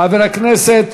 חבר הכנסת